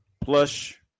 plush